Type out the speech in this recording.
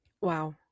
wow